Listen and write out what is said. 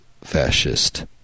fascist